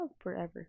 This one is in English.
forever